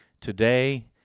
today